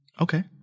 Okay